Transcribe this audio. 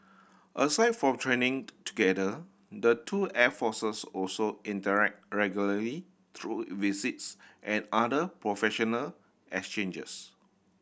aside from training together the two air forces also interact regularly through visits and other professional exchanges